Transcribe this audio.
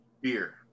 beer